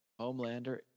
Homelander